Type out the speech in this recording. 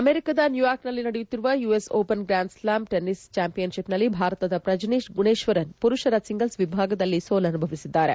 ಅಮೆರಿಕದ ನ್ನೂಯಾರ್ಕ್ನಲ್ಲಿ ನಡೆಯುತ್ತಿರುವ US open grand slam tennis ಚಾಂಪಿಯನ್ಷಿಪ್ನಲ್ಲಿ ಭಾರತದ ಪ್ರಜನೀಶ್ ಗುಣೇಶ್ವರನ್ ಮರುಷರ ಸಿಂಗಲ್ಸ್ ವಿಭಾಗದಲ್ಲಿ ಸೋಲನುಭವಿಸಿದ್ದಾರೆ